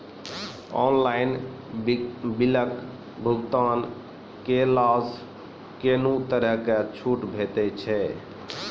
Online बिलक भुगतान केलासॅ कुनू तरहक छूट भेटै छै?